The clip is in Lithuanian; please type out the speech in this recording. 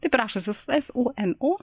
taip ir rašosi s u n u